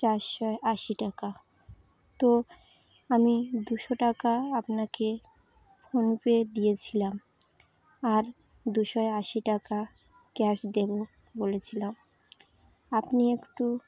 চারশোয় আশি টাকা তো আমি দুশো টাকা আপনাকে ফোনপে দিয়েছিলাম আর দুশ আশি টাকা ক্যাশ দেব বলেছিলাম আপনি একটু